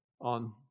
on